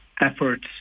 efforts